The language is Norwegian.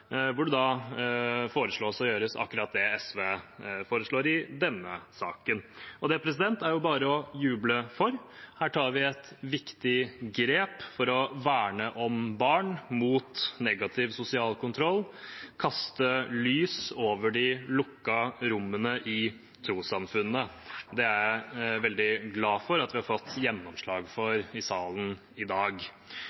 hvor det foreslås å gjøre akkurat det SV foreslår i denne saken. Det er det jo bare å juble for. Her tar vi et viktig grep for å verne barn mot negativ sosial kontroll og kaste lys over de lukkede rommene i trossamfunnene. Det er jeg veldig glad for at vi har fått gjennomslag for